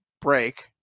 break